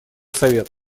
совет